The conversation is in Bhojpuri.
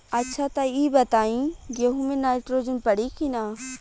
अच्छा त ई बताईं गेहूँ मे नाइट्रोजन पड़ी कि ना?